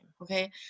okay